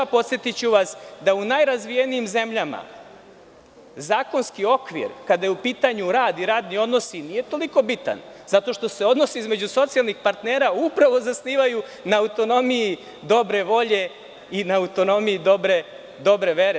Podsetiću vas da u najrazvijenijim zemljama zakonski okvir kada je u pitanju rad i radni odnosi nije toliko bitan zato što se odnosi između socijalnih partnera upravo zasnivaju na autonomiji dobre volje i na autonomiji dobre vere.